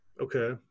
okay